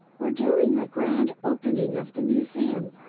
we're doing a grand opening of the museum.